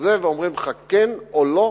ואומרים לך כן או לא,